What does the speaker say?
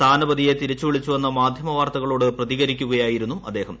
സ്ഥാനപതിയെ തിരിച്ചുവിളിച്ചുണ്ണ് മാധ്യമ വാർത്തകളോട് പ്രതികരിക്കുകയായിരുന്നു അദ്ദേഹം